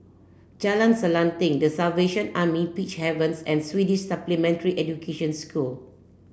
Jalan Selanting The Salvation Army Peacehaven and Swedish Supplementary Education School